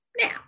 Now